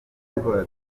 duhora